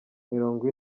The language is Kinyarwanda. mirongo